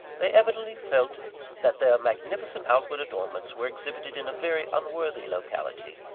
they evidently felt that their magnificent outward adornments were exhibited in a very unworthy locality,